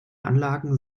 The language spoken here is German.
anlagen